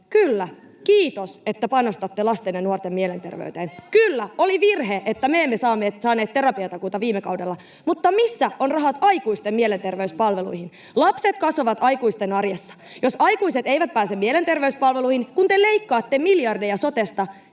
kyllä, kiitos, että panostatte lasten ja nuorten mielenterveyteen. Kyllä, oli virhe, että me emme saaneet terapiatakuuta viime kaudella. Mutta missä ovat rahat aikuisten mielenterveyspalveluihin? Lapset kasvavat aikuisten arjessa. Jos aikuiset eivät pääse mielenterveyspalveluihin, kun te leikkaatte miljardeja sotesta,